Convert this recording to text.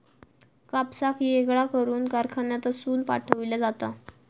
कापसाक वेगळा करून कारखान्यातसून पाठविला जाता